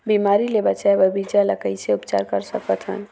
बिमारी ले बचाय बर बीजा ल कइसे उपचार कर सकत हन?